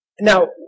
Now